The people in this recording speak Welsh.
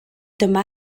dyma